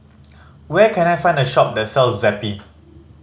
where can I find a shop that sells Zappy